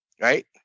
right